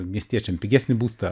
miestiečiam pigesnį būstą